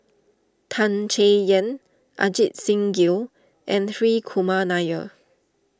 Tan Chay Yan Ajit Singh Gill and Hri Kumar Nair